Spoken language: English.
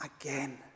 again